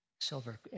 Silver